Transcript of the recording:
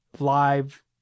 live